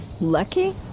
Lucky